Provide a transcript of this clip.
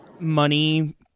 Money